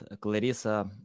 clarissa